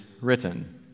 written